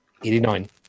89